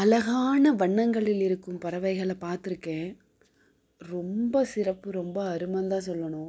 அழகான வண்ணங்களில் இருக்கும் பறவைகளை பார்த்துருக்கேன் ரொம்ப சிறப்பு ரொம்ப அருமைன்னுதான் சொல்லணும்